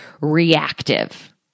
reactive